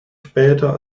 später